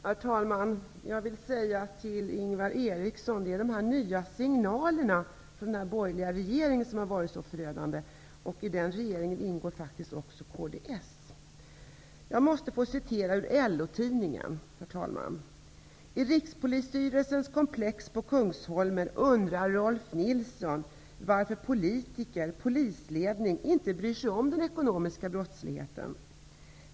Herr talman! Jag vill till Ingvar Eriksson säga att det är de nya signalerna från den borgerliga regeringen som har varit så förödande, och i den regeringen ingår faktiskt också kds. Herr talman! Jag måste få citera ur LO-tidningen: ''I rikspolisstyrelsens komplex på Kungsholmen undrar Rolf Nilsson varför politiker, polisledning och allmänhet inte bryr sig mer om den ekonomiska brottsligheten.